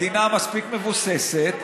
מדינה מספיק מבוססת,